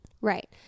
Right